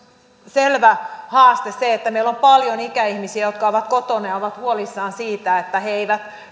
selvä haaste että meillä on paljon ikäihmisiä jotka ovat kotona ja ovat huolissaan siitä että he eivät